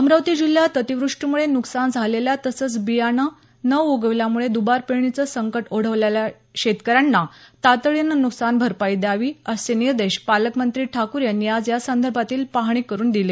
अमरावती जिल्ह्यात अतिवृष्टीमुळे नुकसान झालेल्या तसंच बियाणं न उगविल्यामुळे द्बार पेरणीचं संकट ओढवलेल्या शेतकऱ्यांना तातडीनं नुकसान भरपाई द्यावी असे निर्देश पालकमंत्री ठाकूर यांनी आज या संदर्भातील पाहणी करून दिले